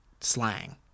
slang